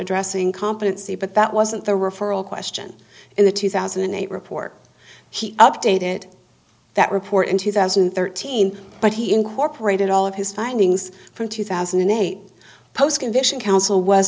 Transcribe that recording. addressing competency but that wasn't the referral question in the two thousand and eight report he updated that report in two thousand and thirteen but he incorporated all of his findings from two thousand and eight postcondition council was